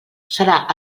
serà